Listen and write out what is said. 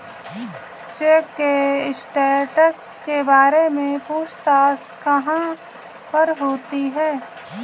Check के status के बारे में पूछताछ कहाँ पर होती है?